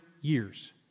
years